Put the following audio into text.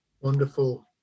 Wonderful